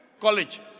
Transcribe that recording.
college